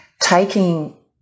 taking